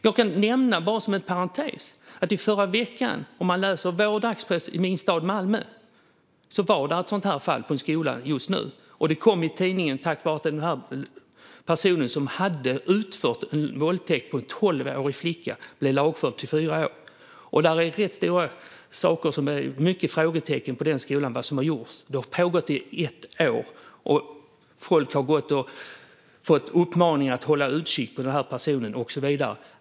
Jag kan nämna, bara som en parentes, att det i förra veckan enligt dagspressen i min stad Malmö var ett sådant här fall på en skola. Det kom i tidningen tack vare att den person som hade begått en våldtäkt mot en tolvårig flicka blev lagförd och fick fyra år. Det finns rätt stora frågetecken på den skolan om vad som har gjorts. Det har pågått i ett år, och folk har fått uppmaningar att hålla utkik efter den här personen och så vidare.